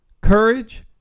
courage